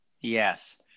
Yes